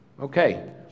Okay